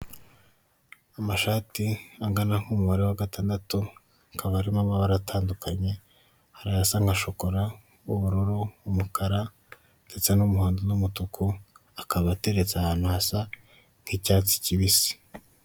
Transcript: Amashati angana nk'umubare wa gatandatu hakaba harimo amabara atandukanye hari ayasa nka shokora, ubururu, umukara, ndetse n'umuhondo n'umutuku akaba ateretse ahantu hasa nk'icyatsi cyibisi.